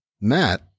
Matt